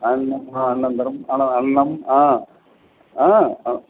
अन्नं ह अनन्तरम् अन्नम् अन्नम् आ आ अ